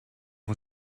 een